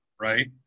right